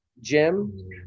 Jim